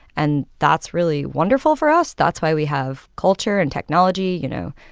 and that's really wonderful for us. that's why we have culture and technology. you know,